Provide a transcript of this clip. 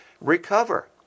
recover